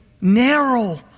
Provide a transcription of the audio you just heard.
Narrow